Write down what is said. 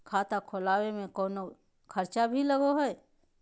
खाता खोलावे में कौनो खर्चा भी लगो है?